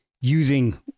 using